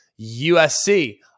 USC